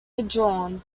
withdrawn